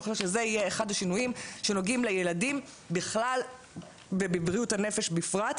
אחרי שזה יהיה אחד השינויים שנוגעים לילדים בכלל ובבריאות הנפש בפרט,